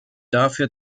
dafür